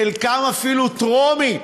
חלקם אפילו טרומית,